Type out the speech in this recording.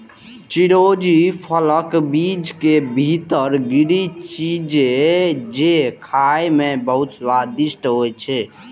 चिरौंजी फलक बीज के भीतर गिरी छियै, जे खाइ मे बहुत स्वादिष्ट होइ छै